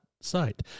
site